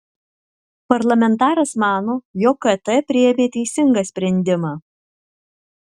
parlamentaras mano jog kt priėmė teisingą sprendimą